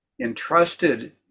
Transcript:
entrusted